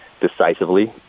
decisively